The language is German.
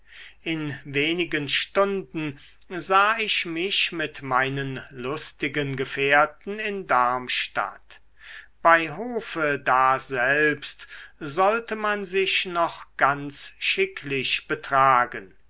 in wenigen stunden sah ich mich mit meinen lustigen gefährten in darmstadt bei hofe daselbst sollte man sich noch ganz schicklich betragen